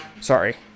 sorry